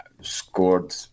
scored